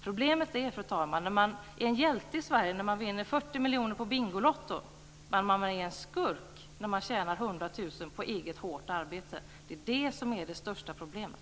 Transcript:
Problemet är att man blir en hjälte i Sverige när man vinner 40 miljoner kronor på Bingolotto men att man är en skurk när man tjänar 100 000 kr på eget hårt arbete. Det är det som är det största problemet.